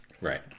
Right